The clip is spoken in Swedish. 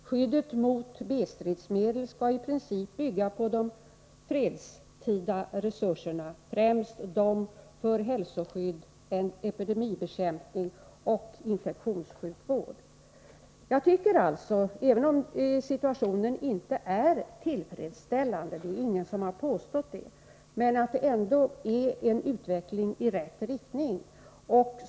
Skyddet mot B-stridsmedel skall i princip bygga på de fredstida resurserna, främst de för hälsoskydd, epidemibekämpning och infektionssjukvård. Även om situationen inte är tillfredsställande, det är ingen som har påstått det, tycker jag ändå att detta är en utveckling i rätt riktning.